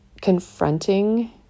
confronting